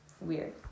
Weird